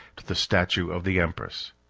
to the statue of the empress.